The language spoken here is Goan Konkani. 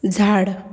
झाड